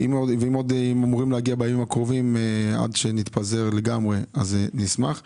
אם נקבל את הפרטים עד שנתפזר, נשמח לכך.